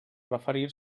referir